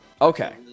Okay